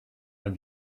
and